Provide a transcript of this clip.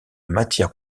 matière